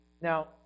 Now